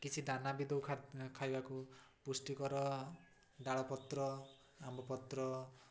କିଛି ଦାନା ବି ଦେଉ ଖାଇବାକୁ ପୁଷ୍ଟିକର ଡାଳପତ୍ର ଆମ୍ବପତ୍ର